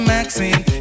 Maxine